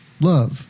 love